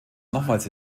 nochmals